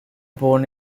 born